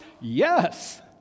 Yes